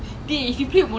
மறந்துறாதே: maranthuraathe